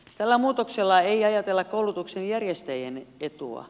tällä muutoksella ei ajatella koulutuksen järjestäjien etua